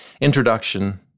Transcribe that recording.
introduction